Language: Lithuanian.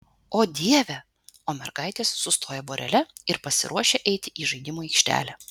o dieve o mergaitės sustoja vorele ir pasiruošia eiti į žaidimų aikštelę